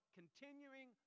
continuing